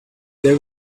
there